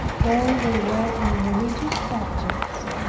though they were on religious subjects.